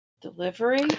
delivery